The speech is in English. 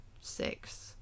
six